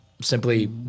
simply